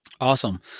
Awesome